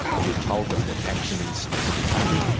we've told them that action is to be taken.